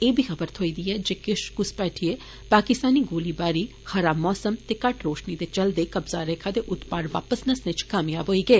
एह बी खबर थ्होई ऐ जे किष घुसपैठिए पाकिस्तानी गोलीबारी खराब मौसम ते घट्ट रोषनी दे चलदे कब्जा रेखा दे उत्त पार वापस नसने च कामयाब होई गे